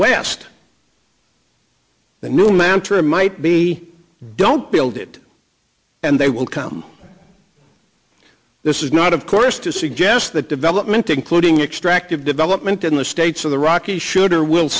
the new mantra might be don't build it and they will come this is not of course to suggest that development including extractive development in the states of the rockies should or will